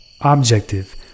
objective